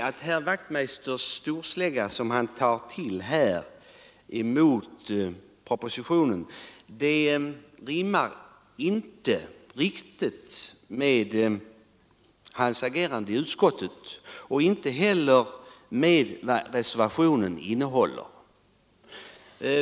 Det rimmar inte riktigt med herr Wachtmeisters agerande i utskottet och inte heller med vad reservationen innehåller när han här tar till storsläggan mot propositionen.